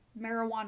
marijuana